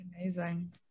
amazing